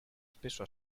spesso